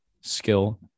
skill